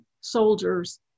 soldiers